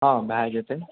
हँ भए जेतै